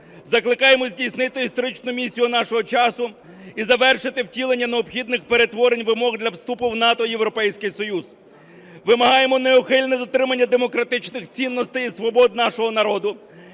Закликаємо здійснити історичну місію нашого часу і завершити втілення необхідних перетворень й вимог для вступу в НАТО, Європейський Союз. Вимагаємо неухильного дотримання демократичних цінностей і свобод нашого народу,